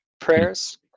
prayers